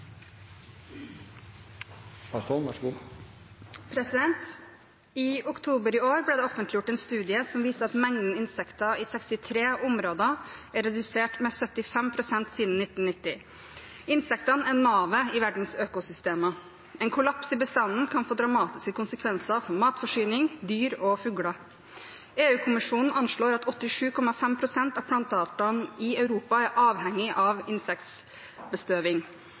oktober i år ble det offentliggjort en studie som viser at mengden insekter i 63 områder er redusert med 75 pst. siden 1990. Insektene er navet i verdens økosystemer. En kollaps i bestanden kan få dramatiske konsekvenser for matforsyning, dyr og fugler. EU-kommisjonen anslår at 87,5 prosent av planteartene i Europa er avhengige av